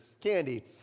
candy